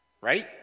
right